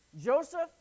Joseph